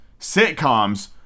sitcoms